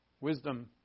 Wisdom